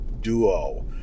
Duo